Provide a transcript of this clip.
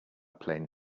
plane